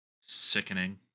Sickening